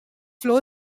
flow